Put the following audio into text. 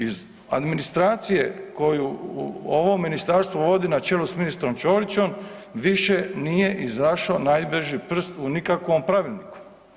Iz administracije koju ovo ministarstvo vodi na čelu s ministrom Ćorićom više nije izašo najbrži prst u nikakvom pravilniku.